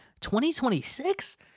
2026